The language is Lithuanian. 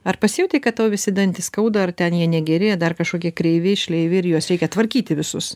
ar pasijautei kad tau visi dantys skauda ar ten jie negeri dar kažkokie kreivi šleivi ir juos reikia tvarkyti visus